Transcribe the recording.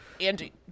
andy